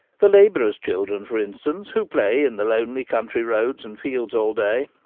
the labourer's children, for instance, who play in the lonely country roads and fields all day,